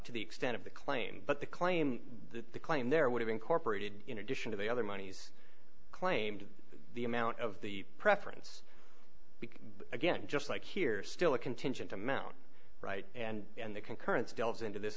to the extent of the claim but the claim that the claim there would have incorporated in addition to the other monies claimed the amount of the preference again just like here still a contingent amount and the concurrence delves into this